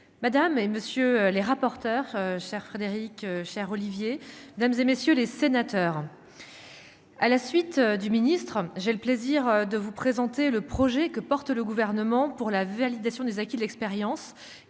madame et monsieur les rapporteurs chers Frédéric cher Olivier dames et messieurs les sénateurs, à la suite du ministre, j'ai le plaisir de vous présenter le projet que porte le gouvernement pour la validation des acquis de l'expérience,